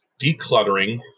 decluttering